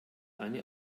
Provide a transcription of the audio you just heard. eine